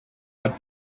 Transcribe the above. had